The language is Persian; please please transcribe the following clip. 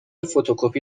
فتوکپی